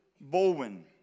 Bowen